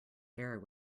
air